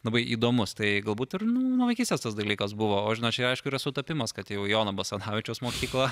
labai įdomus tai galbūt ir nuo vaikystės tas dalykas buvo o žinot čia aišku yra sutapimas kad jau jono basanavičiaus mokykla